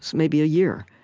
maybe a year,